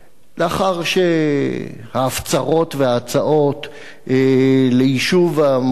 לאחר שההפצרות וההצעות ליישוב המחלוקת